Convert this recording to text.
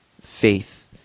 faith